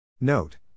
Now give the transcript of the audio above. Note